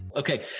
Okay